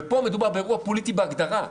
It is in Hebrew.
ופה מדובר באירוע פוליטי בהגדרה.